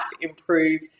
improve